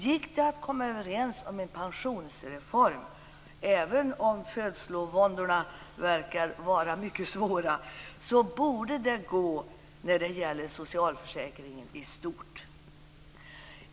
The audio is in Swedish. Gick det att komma överens om en pensionsreform - även om födslovåndorna verkar vara mycket svåra - borde det gå när det gäller socialförsäkringarna i stort.